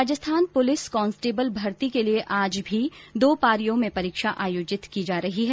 Rajasthan police constable भर्ती के लिए आज भी दो पारियों में आयोजित की जा रही है